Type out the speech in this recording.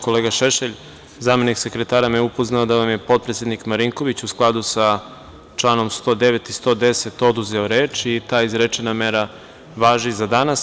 Kolega Šešelj, zamenik sekretara me je upoznao da vam je potpredsednik, Marinković, u skladu sa članom 109. i 110. oduzeo reč i ta izrečena mera važi za danas.